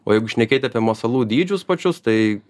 o jeigu šnekėt apie masalų dydžius pačius tai